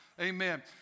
Amen